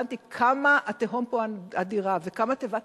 הבנתי כמה התהום פה אדירה וכמה תיבת